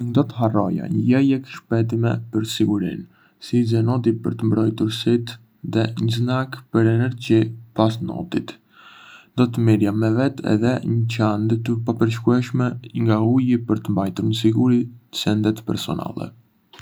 ngë do të harroja një jelek shpëtimi për sigurinë, syze noti për të mbrojtur sytë dhe një snack për energji pas notit. Do të merrja me vete edhe një çantë të papërshkueshme nga uji për të mbajtur në siguri sendet personale.